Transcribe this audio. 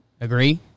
Agree